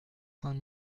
cinq